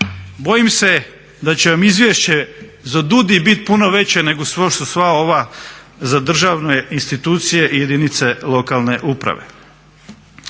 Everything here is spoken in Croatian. Bojim se da će vam izvješće za DUUDI biti puno veće nego što su sva ova za državne institucije i jedinice lokalne uprave.